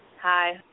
Hi